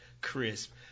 crisp